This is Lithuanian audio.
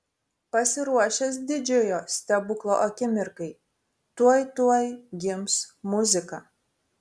pasiruošęs didžiojo stebuklo akimirkai tuoj tuoj gims muzika